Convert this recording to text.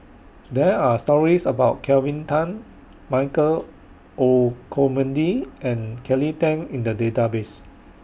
There Are stories about Kelvin Tan Michael Olcomendy and Kelly Tang in The Database